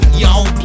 y'all